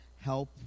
help